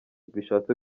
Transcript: bishatse